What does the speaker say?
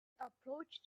approached